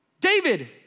David